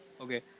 Okay